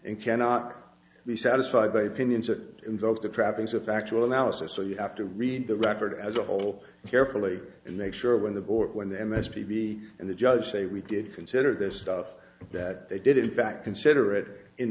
it cannot be satisfied by opinions that invoke the trappings of factual analysis so you have to read the record as a whole carefully and make sure when the board when the m s b be and the judge say we did consider this stuff that they did in fact consider it in